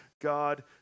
God